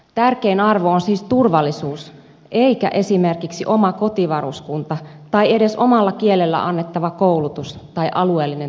tärkein arvo on siis turvallisuus eikä esimerkiksi oma kotivaruskunta tai edes omalla kielellä annettava koulutus tai alueellinen tasa arvo